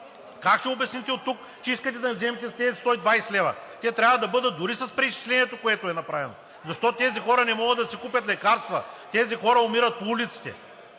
Как ще обясните оттук, че искате да им вземете тези 120 лв.? Те трябва да бъдат дори с преизчислението, което е направено. Защото тези хора не могат да си купят лекарства, тези хора умират по улиците!